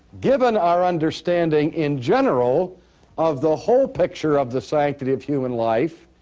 given our understanding in general of the whole picture of the sanctity of human life,